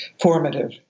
formative